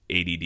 ADD